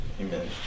Amen